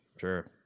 sure